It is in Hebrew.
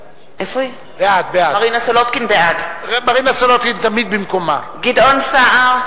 בעד גדעון סער,